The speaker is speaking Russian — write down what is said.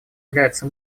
является